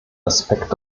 aspekt